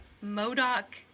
Modoc